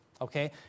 Okay